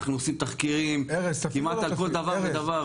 אנחנו עושים תחקירים כמעט על כל דבר ודבר.